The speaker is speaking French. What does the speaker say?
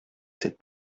cette